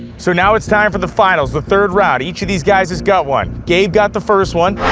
so now it's time for the finals, the third round. each of these guys has got one. gabe got the first one,